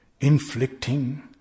inflicting